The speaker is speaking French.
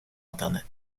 internet